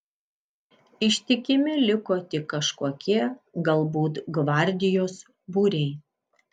ištikimi liko tik kažkokie galbūt gvardijos būriai